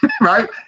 right